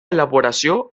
elaboració